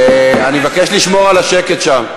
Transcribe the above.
אני מבקש לשמור על השקט שם.